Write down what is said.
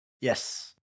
yes